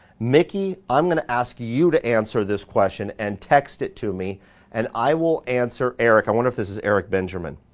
miki, i'm gonna ask you to answer this question and text it to me and i will answer eric. i wonder if this is eric benjamin.